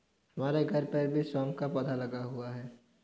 हमारे घर पर भी सौंफ का पौधा लगा हुआ है